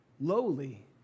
lowly